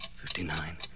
fifty-nine